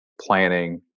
planning